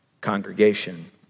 congregation